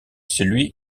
celui